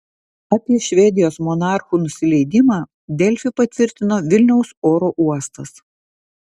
apie švedijos monarchų nusileidimą delfi patvirtino vilniaus oro uostas